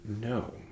No